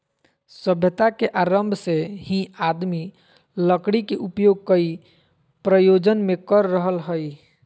सभ्यता के आरम्भ से ही आदमी लकड़ी के उपयोग कई प्रयोजन मे कर रहल हई